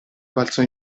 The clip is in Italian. balzò